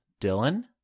Dylan